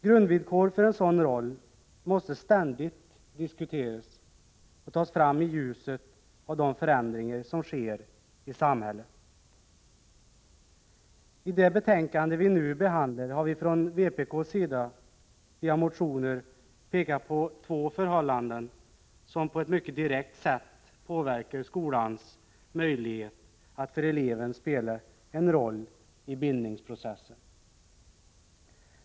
Grundvillkoren för en sådan roll måste ständigt diskuteras och tas fram i ljuset av de förändringar som sker i samhället. I det betänkande vi nu behandlar har vi från vpk:s sida via motioner pekat på två förhållanden som på ett mycket direkt sätt påverkar skolans möjlighet att för eleven spela en roll i bildningsprocessen.